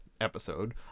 episode